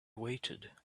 waited